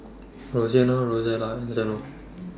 Roseanna Rosella and Zeno